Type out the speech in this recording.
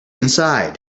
inside